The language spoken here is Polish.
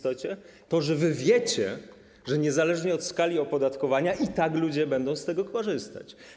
To, że wy wiecie, że niezależnie od skali opodatkowania i tak ludzie będą z tego korzystać.